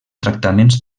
tractaments